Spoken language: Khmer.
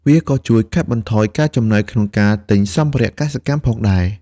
វាក៏ជួយកាត់បន្ថយការចំណាយក្នុងការទិញសម្ភារៈកសិកម្មផងដែរ។